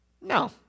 No